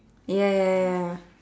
ya ya ya ya